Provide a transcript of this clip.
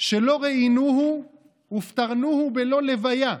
שלא ראינוהו ופטרנוהו בלא לוויה".